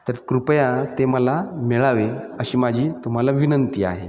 तर कृपया ते मला मिळावे अशी माझी तुम्हाला विनंती आहे